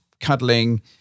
cuddling